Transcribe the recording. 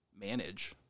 manage